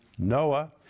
Noah